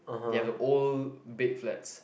they have a old big flats